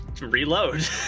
reload